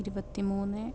ഇരുപത്തി മൂന്ന്